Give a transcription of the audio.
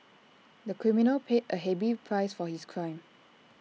the criminal paid A heavy price for his crime